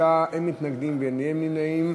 בעד, 29, אין מתנגדים ואין נמנעים.